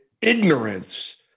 ignorance